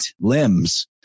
limbs